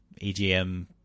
egm